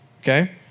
okay